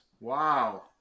Wow